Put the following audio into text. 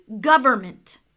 government